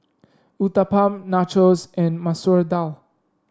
Uthapam Nachos and Masoor Dal